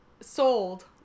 sold